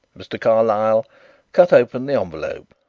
mr. carlyle cut open the envelope.